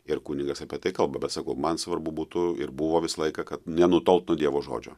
ir kunigas apie tai kalba bet sakau man svarbu būtų ir buvo visą laiką kad nenutolt nuo dievo žodžio